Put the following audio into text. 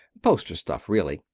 poster stuff, really.